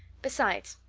besides,